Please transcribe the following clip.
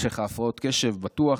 יש לך הפרעות קשב בטוח,